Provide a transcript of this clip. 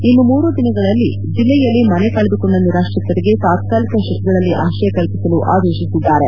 ಇನ್ನು ಮೂರು ದಿನಗಳಲ್ಲಿ ಜಿಲ್ಲೆಯಲ್ಲಿ ಮನೆ ಕಳೆದುಕೊಂಡ ನಿರಾಶ್ರಿತರಿಗೆ ತಾತ್ಕಾಲಿಕ ಶೆಡ್ಗಳಲ್ಲಿ ಆಶ್ರಯ ಕಲ್ಪಿಸಲು ಆದೇಶಿಸಿದ್ದಾರೆ